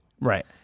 Right